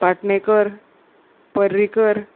Patnekar Parrikar